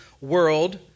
world